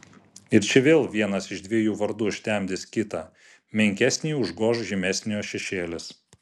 ir čia vėl vienas iš dviejų vardų užtemdys kitą menkesnįjį užgoš žymesniojo šešėlis